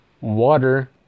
water